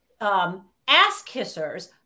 ass-kissers